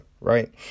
Right